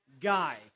guy